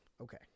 Okay